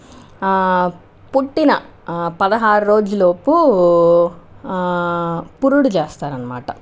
పుట్టిన పదహారు రోజుల లోపు పురుడు చేస్తారనమాట